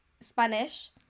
Spanish